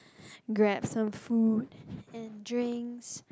grab some food and drinks